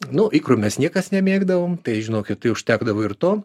nu ikrų mes niekas nemėgdavom tai žinokit tai užtekdavo ir to